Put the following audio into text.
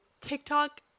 tiktok